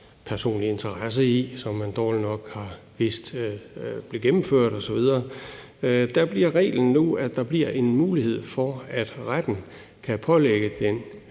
personlig interesse i, og som man dårligt nok har vidst blev gennemført osv. Der bliver reglen nu, at der bliver en mulighed for, at retten kan pålægge